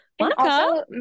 Monica